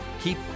keep